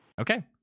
Okay